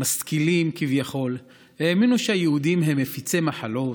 משכילים כביכול, האמינו שהיהודים הם מפיצי מחלות,